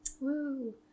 Woo